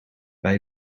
bij